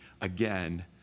Again